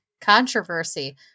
controversy